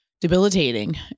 debilitating